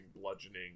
bludgeoning